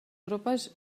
tropes